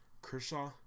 Kershaw